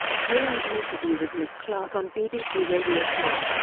during an interview with nick clarke on bbc radio four,